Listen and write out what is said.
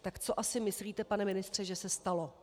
Tak co asi myslíte, pane ministře, že se stalo?